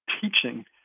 teaching